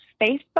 Facebook